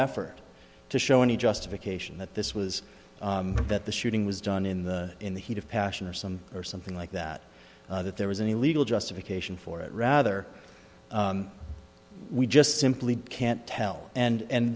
effort to show any justification that this was that the shooting was done in the in the heat of passion or some or something like that that there was any legal justification for it rather we just simply can't tell and